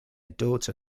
daughter